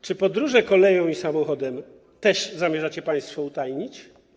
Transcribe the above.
Czy podróże koleją i samochodem też zamierzacie państwo utajnić?